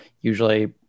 usually